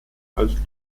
als